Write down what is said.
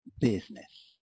business